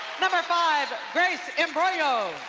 number five, grace imbrogno.